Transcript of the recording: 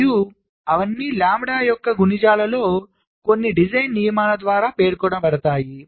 మరియు అవన్నీ లాంబ్డా యొక్క గుణిజాలలో కొన్ని డిజైన్ నియమాల ద్వారా పేర్కొనబడతాయి